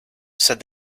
said